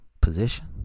position